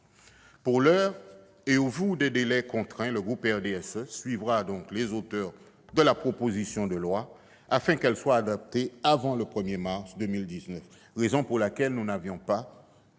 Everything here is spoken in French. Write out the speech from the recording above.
Pour l'heure, au vu des délais contraints, le groupe du RDSE suivra les auteurs de la proposition de loi, afin que celle-ci soit adoptée avant le 1 mars 2019, raison pour laquelle nous n'avons pas